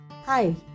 Hi